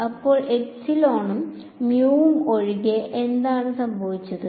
അപ്പോൾ എപ്സിലോണും മ്യുവും ഒഴികെ എന്താണ് സംഭവിച്ചത്